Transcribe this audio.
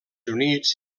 units